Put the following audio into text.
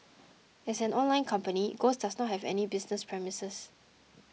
as an online company ghost does not have any business premises